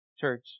Church